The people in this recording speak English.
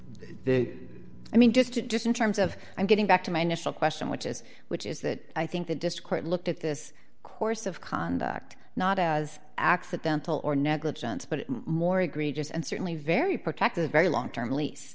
that i mean just to just in terms of i'm getting back to my initial question which is which is that i think the disquiet looked at this course of conduct not as accidental or negligence but more egregious and certainly very protective very long term lease